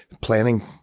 planning